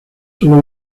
sólo